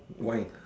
white